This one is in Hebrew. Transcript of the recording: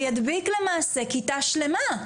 וידביק כיתה שלמה.